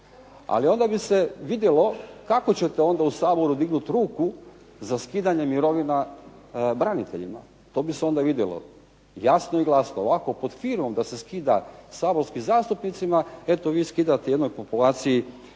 Ali onda bi se vidjelo kako ćete onda u saboru dignuti ruku za skidanje mirovina braniteljima. To bi se onda vidjelo jasno i glasno. Ovako pod ... da se skida saborskim zastupnicima, eto vi skidate jednoj populaciji